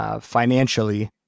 Financially